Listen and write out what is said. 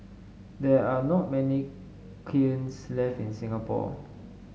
there are not many kilns left in Singapore